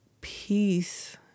peace